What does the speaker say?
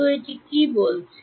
তো এটা কি বলছে